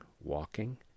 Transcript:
walking